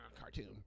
cartoon